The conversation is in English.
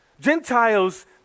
Gentiles